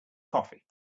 coffee